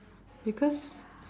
because